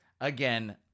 Again